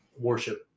worship